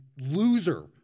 loser